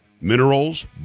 minerals